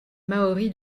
maori